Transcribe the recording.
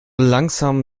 langsam